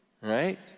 Right